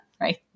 right